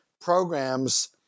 programs